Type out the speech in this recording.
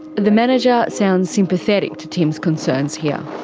the manager sounds sympathetic to tim's concerns here.